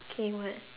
K what